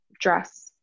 dress